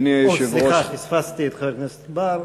סליחה, פספסתי את חבר הכנסת בר.